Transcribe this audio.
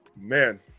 man